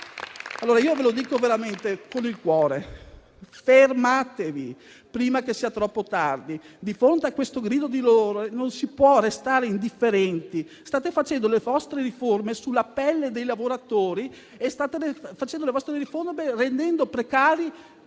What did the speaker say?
lavoratori. Ve lo dico veramente con il cuore: fermatevi prima che sia troppo tardi. Di fronte a questo grido di dolore non si può restare indifferenti. State facendo le vostre riforme sulla pelle dei lavoratori, rendendo precari